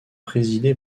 présidé